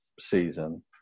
season